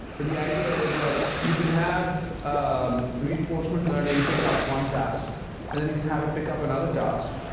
but the idea is, well, you can have um reinforcement learning pick up one task and then you can have it pick up another task,